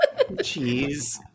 Jeez